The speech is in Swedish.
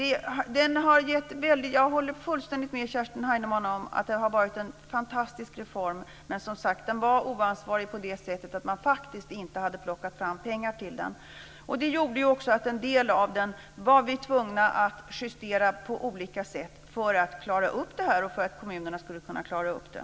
Jag håller fullständigt med Kerstin Heinemann om att det var en fantastisk reform men den var, som sagt, oansvarig på det sättet att man faktiskt inte hade plockat fram pengar till den. Det gjorde att vi på olika sätt var tvungna att justera en del i den för att klara upp det här och för att kommunerna skulle kunna klara upp det.